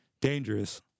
Dangerous